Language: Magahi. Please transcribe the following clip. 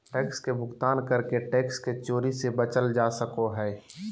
टैक्स के भुगतान करके टैक्स के चोरी से बचल जा सको हय